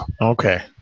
Okay